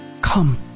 Come